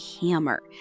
hammer